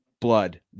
blood